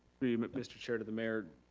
through you but mr. chair to the mayor,